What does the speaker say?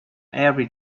every